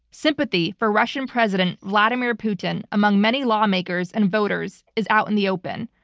sympathy for russian president vladimir putin among many lawmakers and voters is out in the open.